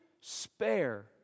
spare